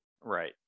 Right